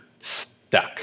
stuck